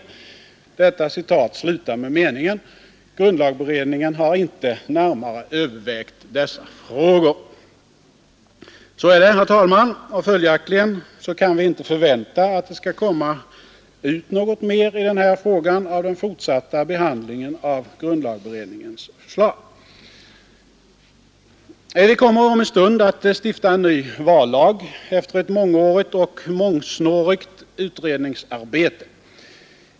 Detta citat slutar med meningen: ”Grundlagberedningen har inte närmare övervägt dessa frågor.” Så är det, herr talman, och följaktligen kan vi inte förvänta att det skall komma ut något mer i den här frågan genom den fortsatta behandlingen av grundlagberedningens förslag. Vi kommer om en stund att stifta en ny vallag efter ett mångårigt och mångsnårigt utredningsarbete.